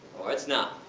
or it is not.